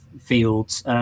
fields